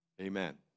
Amen